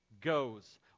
goes